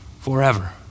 forever